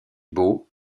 beau